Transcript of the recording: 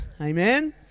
Amen